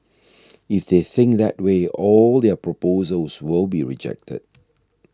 if they think that way all their proposals will be rejected